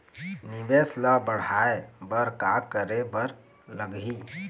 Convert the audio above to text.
निवेश ला बढ़ाय बर का करे बर लगही?